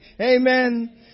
Amen